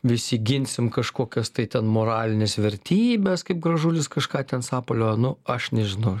visi ginsim kažkokias tai ten moralines vertybes kaip gražulis kažką ten sapaliojo nu aš nežinau